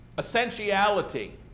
essentiality